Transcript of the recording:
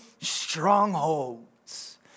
strongholds